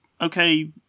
Okay